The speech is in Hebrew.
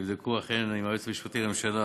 שאכן יבדקו אם היועץ המשפטי לממשלה